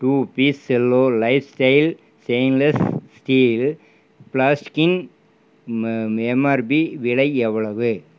two piece Cello life style stainless steel ஃப்ளாஸ்க்கின் MRP விலை எவ்வளவு